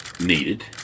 needed